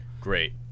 Great